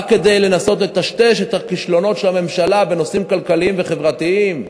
רק כדי לנסות לטשטש את הכישלונות של הממשלה בנושאים כלכליים וחברתיים?